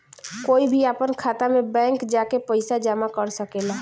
कोई भी आपन खाता मे बैंक जा के पइसा जामा कर सकेला